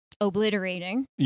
obliterating